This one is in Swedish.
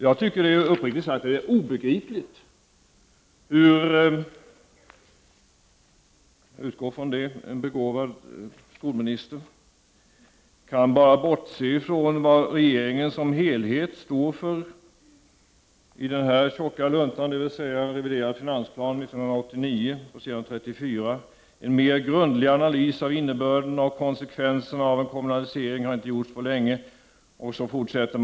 Jag tycker uppriktigt sagt att det är obegripligt hur en begåvad — jag utgår ifrån det — skolminister bara kan bortse ifrån vad regeringen som helhet står för. I den reviderade finansplanen för 1989 står det på s. 34: ”En mer grundlig analys av innebörden och konsekvenserna av en kommunalisering har inte gjorts på länge.